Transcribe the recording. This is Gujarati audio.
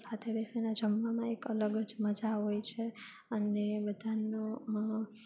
સાથે બેસીને જમવામાં એક અલગ જ મજા હોય છે અને બધાનો